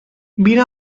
vine